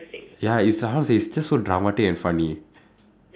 ya it's like how to say it's just so dramatic and funny